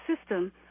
system